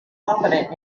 confident